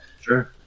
Sure